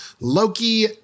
Loki